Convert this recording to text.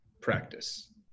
practice